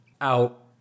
out